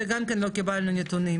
גם על זה לא קיבלנו נתונים,